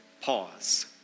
pause